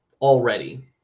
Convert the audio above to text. already